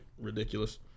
ridiculous